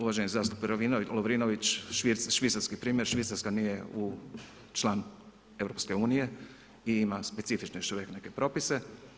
Uvaženi zastupnik Lovrinović, švicarski primjer, Švicarska nije član EU i ima specifične još uvijek neke propise.